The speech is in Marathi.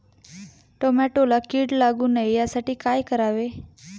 टोमॅटोला कीड लागू नये यासाठी काय करावे?